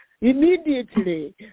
immediately